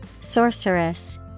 Sorceress